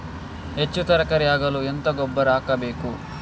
ಹೆಚ್ಚು ತರಕಾರಿ ಆಗಲು ಎಂತ ಗೊಬ್ಬರ ಹಾಕಬೇಕು?